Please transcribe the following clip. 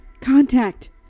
Contact